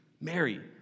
Mary